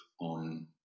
on